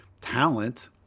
talent